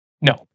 No